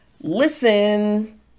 listen